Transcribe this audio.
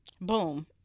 boom